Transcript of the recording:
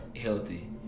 Healthy